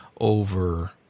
over